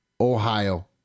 Ohio